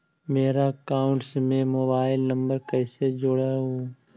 मेरा अकाउंटस में mobile number कैसे जुड़उ?